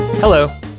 Hello